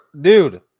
dude